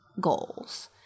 goals